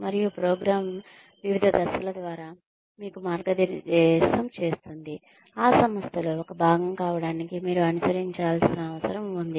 మరియు ప్రోగ్రామ్వివిధ దశల ద్వారా మీకు మార్గనిర్దేశం చేస్తుంది ఆ సంస్థలో ఒక భాగం కావడానికి మీరు అనుసరించాల్సిన అవసరం ఉంది